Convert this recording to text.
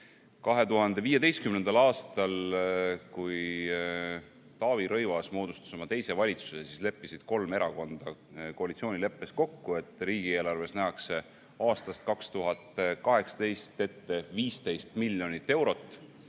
2015. aastal, kui Taavi Rõivas moodustas oma teise valitsuse, leppisid kolm erakonda koalitsioonileppes kokku, et riigieelarves nähakse aastast 2018 ette 15 miljonit eurot